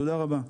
תודה רבה.